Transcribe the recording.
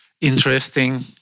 interesting